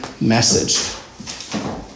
message